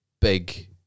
big